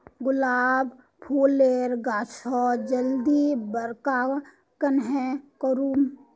गुलाब फूलेर गाछोक जल्दी बड़का कन्हे करूम?